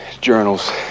journals